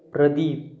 Pradeep